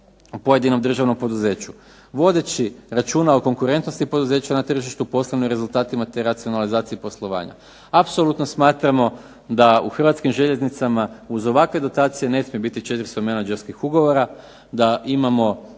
pojedinom državnom poduzeću vodeći računa o konkurentnosti poduzeća na tržištu, poslovnim rezultatima, te racionalizaciji poslovanja. Apsolutno smatramo da u Hrvatskim željeznicama uz ovakve dotacije ne smije biti 400 menadžerskih ugovora, da imamo